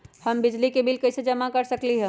हम बिजली के बिल कईसे जमा कर सकली ह?